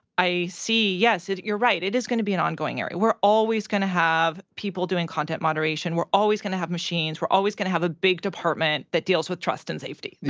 i see, yes, you're right, it is gonna be an ongoing area. we're always gonna have people doing content moderation. we're always gonna have machines. we're always gonna have a big department that deals with trust and safety. yeah